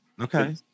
okay